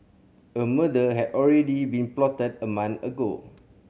a murder had already been plotted a month ago